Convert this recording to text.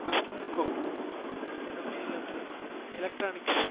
Vasantha and co அந்த கம்பெனிலந்து electronics